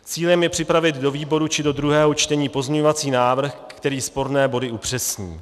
Cílem je připravit do výborů či do druhého čtení pozměňovací návrh, který sporné body upřesní.